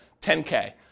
10K